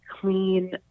clean